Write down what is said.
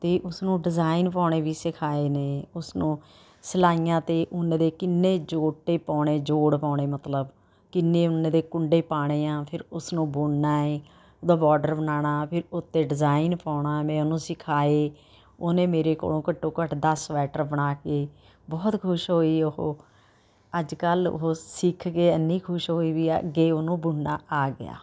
ਅਤੇ ਉਸ ਨੂੰ ਡਿਜ਼ਾਈਨ ਪਾਉਣੇ ਵੀ ਸਿਖਾਏ ਨੇ ਉਸ ਨੂੰ ਸਿਲਾਈਆਂ 'ਤੇ ਉੱਨ ਦੇ ਕਿੰਨੇ ਜੋਟੇ ਪਾਉਣੇ ਜੋੜ ਪਾਉਣੇ ਮਤਲਬ ਕਿੰਨੇ ਉੱਨ ਦੇ ਕੁੰਡੇ ਪਾਉਣੇ ਆ ਫਿਰ ਉਸ ਨੂੰ ਬੁਣਨਾ ਹੈ ਉਹਦਾ ਬੋਰਡਰ ਬਣਾਉਣਾ ਫਿਰ ਉੱਤੇ ਡਿਜ਼ਾਇਨ ਪਾਉਣਾ ਮੈਂ ਉਹਨੂੰ ਸਿਖਾਏ ਉਹਨੇ ਮੇਰੇ ਕੋਲੋਂ ਘੱਟੋ ਘੱਟ ਦਸ ਸਵੈਟਰ ਬਣਾ ਕੇ ਬਹੁਤ ਖੁਸ਼ ਹੋਈ ਉਹ ਅੱਜ ਕੱਲ੍ਹ ਉਹ ਸਿੱਖ ਕੇ ਐਨੀ ਖੁਸ਼ ਹੋਈ ਵੀ ਹੈ ਅੱਗੇ ਉਹਨੂੰ ਬੁਣਨਾ ਆ ਗਿਆ